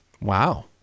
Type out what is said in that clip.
Wow